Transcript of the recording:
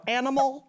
animal